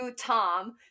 Tom